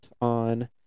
on